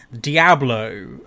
Diablo